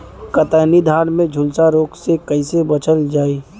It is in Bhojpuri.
कतरनी धान में झुलसा रोग से कइसे बचल जाई?